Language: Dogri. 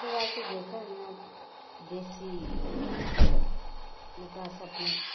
ओह्दे बाद च जेह्का इ'यां देसी जेह्का अस अपना